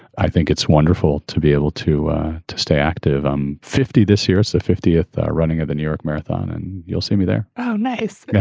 i think it's wonderful to be able to to stay active. i'm fifty. this year is the fiftieth running of the new york marathon and you'll see me there oh, nice.